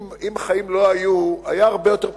אם החיים לא היו, הכול היה הרבה יותר פשוט.